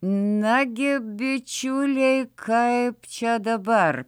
nagi bičiuliai kaip čia dabar